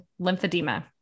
lymphedema